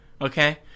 okay